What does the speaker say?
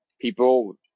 People